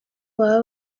baba